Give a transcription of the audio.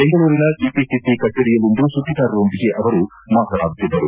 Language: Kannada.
ಬೆಂಗಳೂರಿನ ಕೆಪಿಸಿಸಿ ಕಚೇರಿಯಲ್ಲಿಂದು ಸುದ್ದಿಗಾರರೊಂದಿಗೆ ಅವರು ಮಾತನಾಡುತ್ತಿದ್ದರು